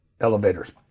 elevators